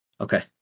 Okay